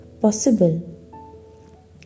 possible